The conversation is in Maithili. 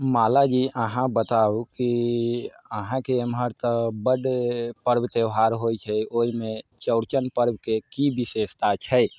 माला जी अहाँ बताउ की अहाँके एम्हर तऽ बड्ड पर्व त्यौहार होइ छै ओइमे चौरचन पर्वके की विशेषता छै